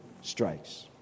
strikes